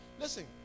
listen